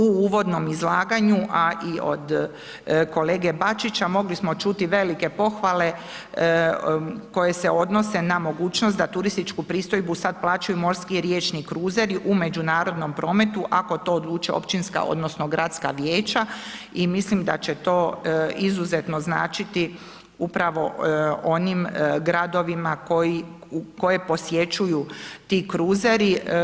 U uvodnom izlaganju a i od kolege Bačića mogli smo čuti velike pohvale koje se odnose na mogućnost da turističku pristojbu sada plaćaju morski riječni kruzeri u međunarodnom prometu ako to odluče općinska odnosno gradska vijeća i mislim da će to izuzetno značiti upravo onim gradovima koji, koje posjećuju ti kruzeri.